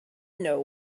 know